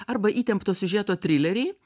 arba įtempto siužeto trileriai